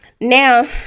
Now